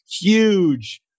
huge